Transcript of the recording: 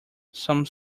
some